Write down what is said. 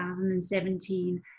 2017